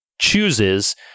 chooses